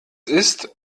ist